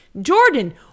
Jordan